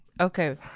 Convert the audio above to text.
okay